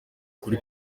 kuri